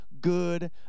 good